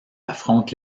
affronte